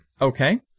Okay